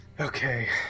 Okay